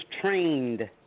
trained